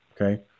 Okay